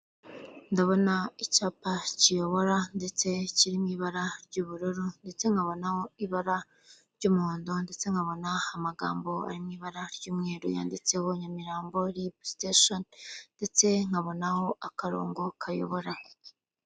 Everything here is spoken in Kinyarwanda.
Ndabona icyapa kiyobora ndetse kiri mu ibara ry'ubururu ndetse nkabona ibara ry'umuhondo ndetse nkabona amagambo ari mu ibara ry'umweru yanditseho nyamirambo RIB siteshoni ndetse nkabonaho akarongo kayobora.